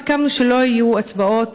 הסכמנו שלא יהיו הצבעות.